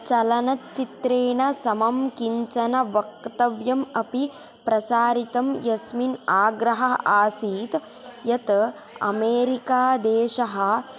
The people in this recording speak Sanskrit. चलनचित्रेन समं किञ्चन वक्तव्यम् अपि प्रसारितं यस्मिन् आग्रहः आसीत् यत् अमेरिकादेशः